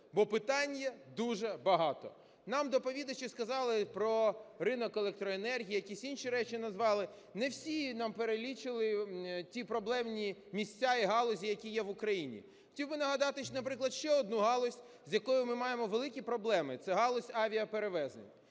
бо питань є дуже багато. Нам доповідачі сказали про ринок електроенергії, якісь інші речі назвали, не всі нам перелічили ті проблемні місця і галузі, які є в Україні. Хотів би нагадати, наприклад, ще одну галузь, з якою ми маємо великі проблеми, це галузь авіаперевезень.